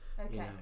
Okay